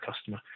customer